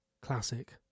Classic